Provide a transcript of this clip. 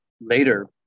later